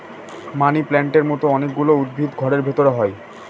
মানি প্লান্টের মতো অনেক গুলো উদ্ভিদ ঘরের ভেতরে হয়